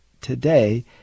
today